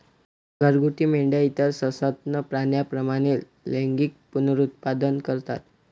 घरगुती मेंढ्या इतर सस्तन प्राण्यांप्रमाणे लैंगिक पुनरुत्पादन करतात